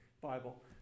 Bible